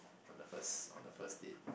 on the first on the first date